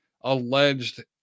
alleged